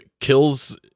kills